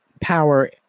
power